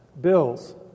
bills